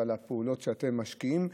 ועל הפעולות שאתם משקיעים,